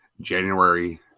January